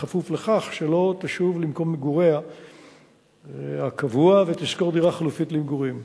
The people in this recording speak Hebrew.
בכפוף לכך שהיא לא תשוב למקום מגוריה הקבוע ותשכור דירה חלופית למגורים.